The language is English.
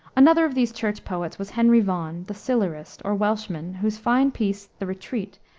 another of these church poets was henry vaughan, the silurist, or welshman, whose fine piece, the retreat,